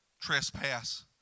trespass